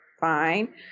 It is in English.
fine